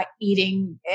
eating